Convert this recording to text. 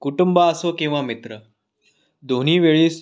कुटुंब असो किंवा मित्र दोन्हीवेळेस